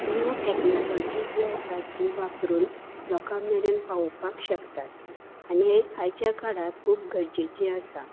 new technology जी आसा ती वापरून लोकां मेरेन पावोवपाक शकताच आनी हे आयच्या काळाक खूब गरजेचें आसा